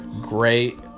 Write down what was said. Great